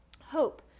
Hope